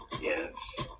Yes